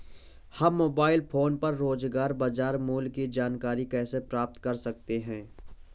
हम mobile phone पर रोजाना बाजार मूल्य की जानकारी कैसे प्राप्त कर सकते हैं?